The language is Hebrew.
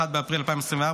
1 באפריל 2024,